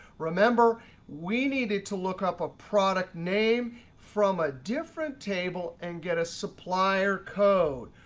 remember we needed to look up a product name from a different table and get a supplier code.